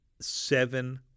Seven